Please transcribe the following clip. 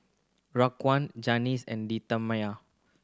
Raquan Janis and Demetria